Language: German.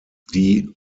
die